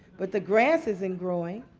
but the grass isn't growing.